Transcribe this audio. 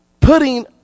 Putting